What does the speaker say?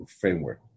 framework